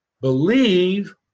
believe